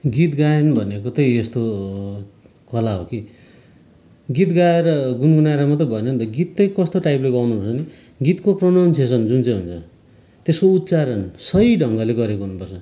गीत गायन भनेको चाहिँ यस्तो कला हो कि गीत गाएर गुनगुनाएर मात्र भएन नि त गीत चाहिँ कस्तो टाइपले गाउनपर्छ भने गीतको प्रोनाउन्सेसन जुन चाहिँ हुन्छ त्यसको उच्चारण सही ढङ्गले गरेको हुनुपर्छ